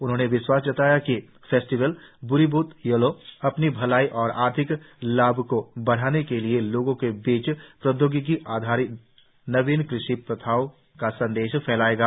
उन्होंने विश्वास जताया कि फेस्टिवल बूरी बूट यूलो अपनी भलाई और आर्थिक लाभ को बढ़ाने के लिए लोगों के बीच प्रौद्योगिकी आधारित नवीन कृषि प्रथाओं का संदेश फैलाएगा